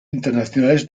internacionales